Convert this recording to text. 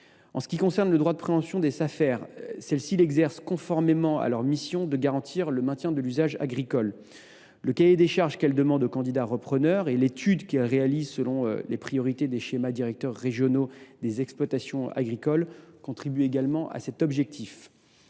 Safer exercent leur droit de préemption conformément à leur mission, qui est de garantir le maintien de l’usage agricole. Le cahier des charges qu’elles demandent aux candidats repreneurs et l’étude qu’elles réalisent selon les priorités des schémas directeurs régionaux des exploitations agricoles contribuent également à cet objectif.